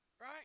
right